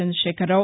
Chandrashekar Rao